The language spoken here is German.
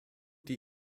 die